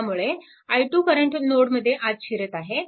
त्यामुळे i 2 current नोडमध्ये आत शिरत आहे